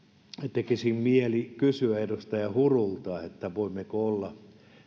tekisi mieli kysyä edustaja hurulta voimmeko olla